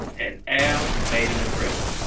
and al made an impression